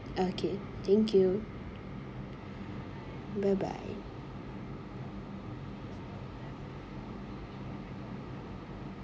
okay thank you bye bye